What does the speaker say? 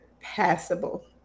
passable